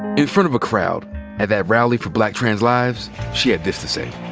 in front of a crowd at that rally for black trans lives, she had this to say.